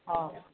অঁ